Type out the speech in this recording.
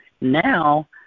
Now